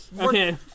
Okay